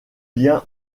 liens